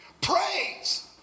praise